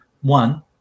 one